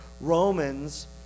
Romans